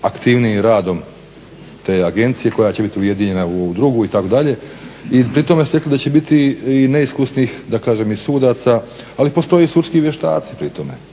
aktivnijim radom te agencije koja će biti ujedinjena u ovu drugu, itd. i pri tome ste rekli da će biti i neiskusnih, da kažem i sudaca, ali postoje i sudski vještaci pri tome,